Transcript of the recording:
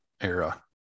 era